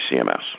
CMS